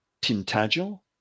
tintagel